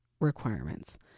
requirements